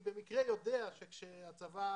במקרה אני יודע שכאשר הצבא